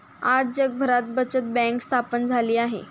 आज जगभरात बचत बँक स्थापन झाली आहे